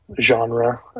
genre